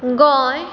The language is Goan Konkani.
गोंय